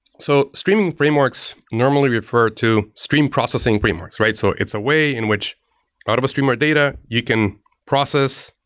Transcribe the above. so, streaming frameworks normally refer to stream processing frameworks, right? so it's a way in which out of a stream ware data, you can process,